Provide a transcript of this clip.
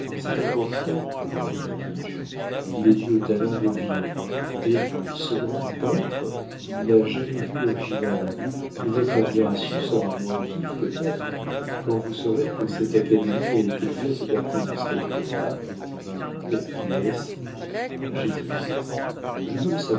c'est un portrait lui répondis-je il est dû au talent de vien mais ce grand peintre n'a jamais vu l'original et votre admiration sera moins vive peut-être quand vous saurez que cette académie a été faite d'après une statue de femme mais qui est-ce j'hésitai je veux le